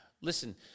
listen